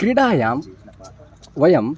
क्रीडायां वयम्